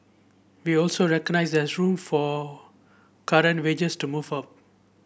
we also recognised there room for current wages to move up